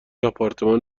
آپارتمان